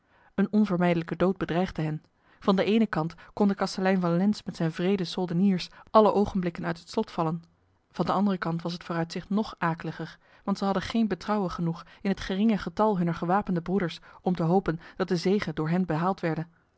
een onvermijdelijke dood bedreigde hen van de ene kant kon de kastelein van lens met zijn wrede soldeniers alle ogenblikken uit het slot vallen van de andere kant was het vooruitzicht nog aakliger want zij hadden geen betrouwen genoeg in het geringe getal hunner gewapende broeders om te hopen dat de zege door hen behaald werde